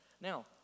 now